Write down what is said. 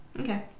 Okay